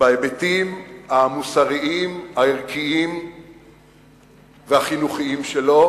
בהיבטים המוסריים, הערכיים והחינוכיים שלו.